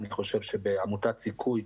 אני חושב בעמותות סיכוי,